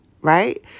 Right